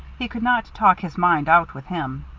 he could not talk his mind out with him.